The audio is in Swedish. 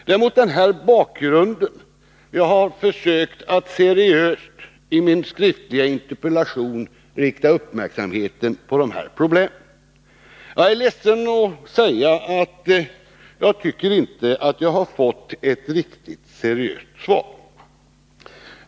Det är mot denna bakgrund som jag i min skriftliga interpellation har försökt att seriöst rikta uppmärksamheten på dessa problem. Jag är ledsen att behöva säga att jag tycker att jag inte har fått ett riktigt seriöst svar.